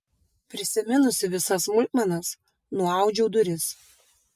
prisiminusi visas smulkmenas nuaudžiau duris